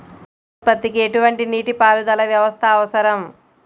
పంట ఉత్పత్తికి ఎటువంటి నీటిపారుదల వ్యవస్థ అవసరం?